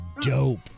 dope